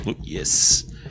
Yes